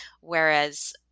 Whereas